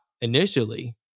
initially